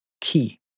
key